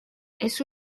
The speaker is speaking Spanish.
eso